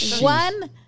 One